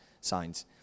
signs